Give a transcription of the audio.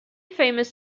famous